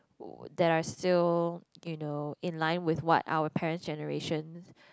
w~ there are still you know in line with what our parents generation